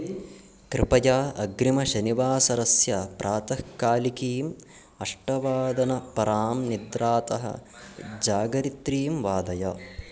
कृपया अग्रिमशनिवासरस्य प्रातःकालिकीम् अष्टवादनपरां निद्रातः जागरित्रीं वादय